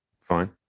Fine